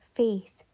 faith